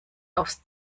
aufs